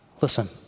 Listen